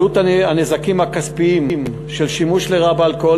עלות הנזקים הכספיים של שימוש לרעה באלכוהול